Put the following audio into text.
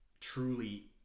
truly